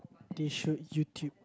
they should YouTube